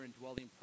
indwelling